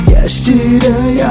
Yesterday